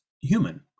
human